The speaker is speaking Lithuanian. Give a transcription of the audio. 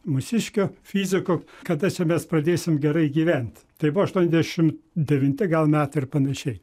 mūsiškio fiziko kada mes pradėsim gerai gyvent tai buvo aštuoniasdešimt devinti gal net ar panašiai